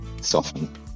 soften